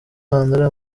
andre